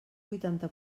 vuitanta